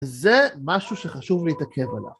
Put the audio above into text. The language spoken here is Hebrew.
זה משהו שחשוב להתעכב עליו.